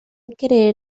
querer